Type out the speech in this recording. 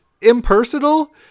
impersonal